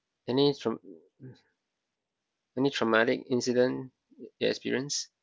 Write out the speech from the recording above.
any trau~ any traumatic incident you experience